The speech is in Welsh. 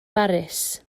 baris